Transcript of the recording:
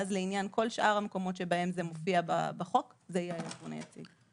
ואז לעניין כל שאר המקומות שבהם זה מופיע בחוק זה יהיה הארגון היציג.